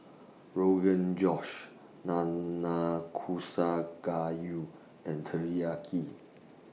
Rogan Josh Nanakusa Gayu and Teriyaki